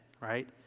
right